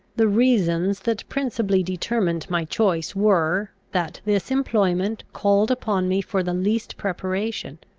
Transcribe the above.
the reasons that principally determined my choice were, that this employment called upon me for the least preparation,